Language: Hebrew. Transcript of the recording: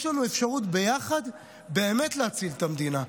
יש לנו אפשרות ביחד באמת להציל את המדינה.